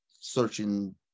searching